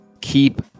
keep